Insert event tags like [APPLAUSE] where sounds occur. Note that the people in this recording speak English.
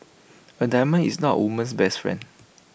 [NOISE] A diamond is not A woman's best friend